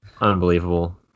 unbelievable